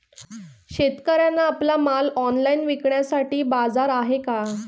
शेतकऱ्यांना आपला माल ऑनलाइन विकण्यासाठी बाजार आहे का?